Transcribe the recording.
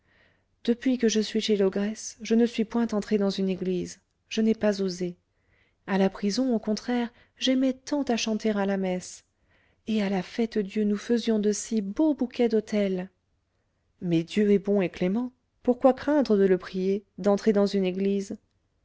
depuis que je suis chez l'ogresse je ne suis point entrée dans une église je n'ai pas osé à la prison au contraire j'aimais tant à chanter à la messe et à la fête-dieu nous faisions de si beaux bouquets d'autel mais dieu est bon et clément pourquoi craindre de le prier d'entrer dans une église